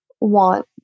want